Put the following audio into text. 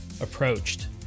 approached